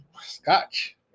Scotch